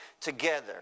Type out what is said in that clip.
together